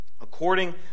according